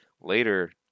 Later